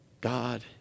God